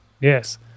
Yes